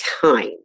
time